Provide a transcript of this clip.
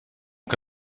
que